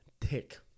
tick